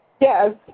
Yes